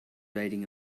riding